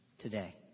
today